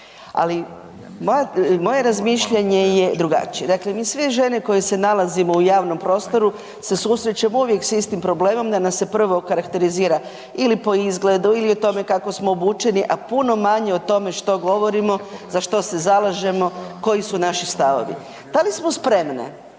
Ali moje razmišljanje je drugačije. Dakle, mi sve žene koje se nalazimo u javnom prostoru se susrećemo uvijek s istim problemom da nas se prvo okarakterizira ili po izgledu ili o tome kako smo obučeni, a puno manje o tome što govorimo, za što se zalažemo, koji su naši stavovi. Da li smo spremne